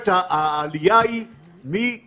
רק